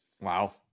wow